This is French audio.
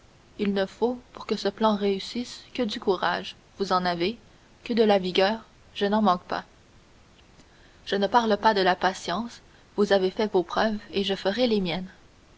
il ne faut pour que ce plan réussisse que du courage vous en avez que de la vigueur je n'en manque pas je ne parle pas de la patience vous avez fait vos preuves et je ferai les miennes